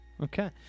Okay